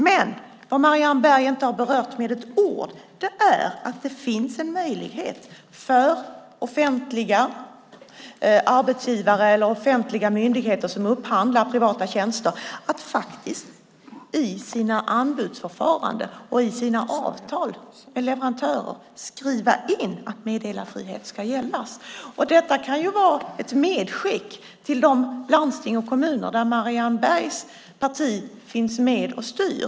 Men Marianne Berg har inte med ett ord berört att det finns en möjlighet för offentliga arbetsgivare eller offentliga myndigheter som upphandlar privata tjänster att i sina anbudsförfaranden och i sina avtal med leverantörer skriva in att meddelarfrihet ska gälla. Detta kan ju vara ett medskick till de landsting och kommuner där Marianne Bergs parti finns med och styr.